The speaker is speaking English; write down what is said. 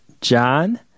john